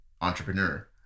entrepreneur